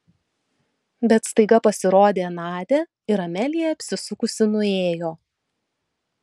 bet staiga pasirodė nadia ir amelija apsisukusi nuėjo